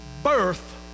Birth